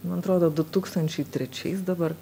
man atrodo du tūkstančiai trečiais dabar